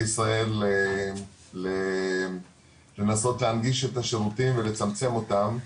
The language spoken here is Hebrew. ישראל לנסות להנגיש את השירותים ולצמצם אותם,